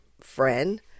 friend